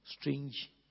strange